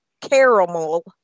caramel